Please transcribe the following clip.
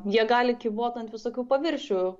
jie gali kybot ant visokių paviršių